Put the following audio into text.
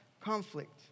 conflict